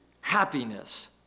happiness